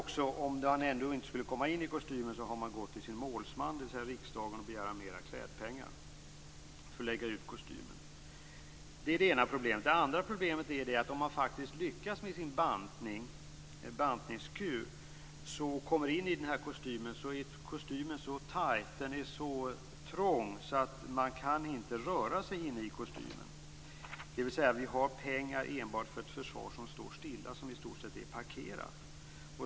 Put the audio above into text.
Om man ändå inte skulle komma i kostymen har man gått till sin målsman, dvs. riksdagen, och begärt mer klädpengar för att lägga ut kostymen. Det är det ena problemet. Det andra problemet är att om man faktiskt lyckas med sin bantningskur och kommer in i kostymen är kostymen så trång att man inte kan röra sig inne i kostymen, dvs. vi har pengar enbart för ett försvar som står stilla, som i stort sett är parkerat.